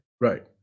Right